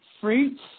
fruits